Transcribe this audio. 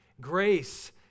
grace